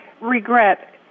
regret